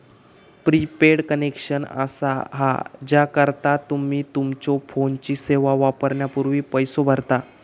prepaid connection असा हा ज्याकरता तुम्ही तुमच्यो फोनची सेवा वापरण्यापूर्वी पैसो भरता